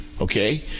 Okay